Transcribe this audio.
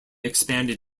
expanded